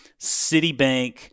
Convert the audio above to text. Citibank